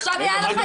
עכשיו היתה לך